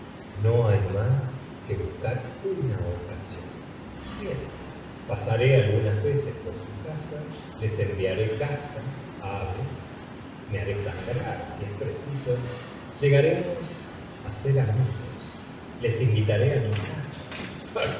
no hay mas que buscar una ocasión corriente pasaré algunas veces por su casa les enviaré caza aves me haré sangrar si es preciso llegaremos ser amigos les invitaré á mi casa